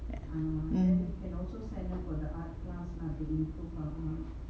mm